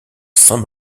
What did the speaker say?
saint